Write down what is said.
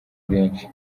bwinshi